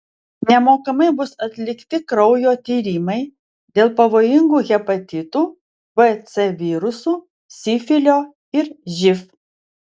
nemokamai bus atlikti kraujo tyrimai dėl pavojingų hepatitų b c virusų sifilio ir živ